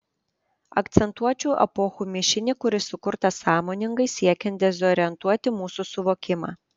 akcentuočiau epochų mišinį kuris sukurtas sąmoningai siekiant dezorientuoti mūsų suvokimą